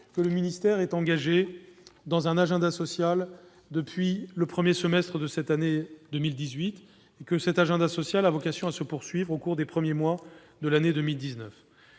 que le ministère est engagé dans un agenda social depuis le premier semestre de l'année 2018, lequel a vocation à se poursuivre au cours des premiers mois de l'année 2019.